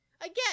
Again